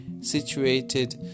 situated